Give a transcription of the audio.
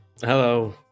Hello